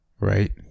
Right